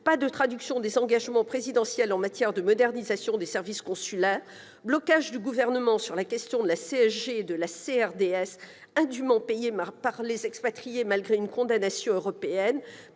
pas de traduction des engagements présidentiels en matière de modernisation des services consulaires, blocage du Gouvernement sur la question de la CSG et de la CRDS indûment payées par les expatriés, malgré une condamnation européenne,